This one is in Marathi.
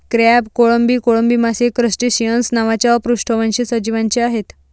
क्रॅब, कोळंबी, कोळंबी मासे क्रस्टेसिअन्स नावाच्या अपृष्ठवंशी सजीवांचे आहेत